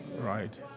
Right